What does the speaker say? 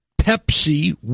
Pepsi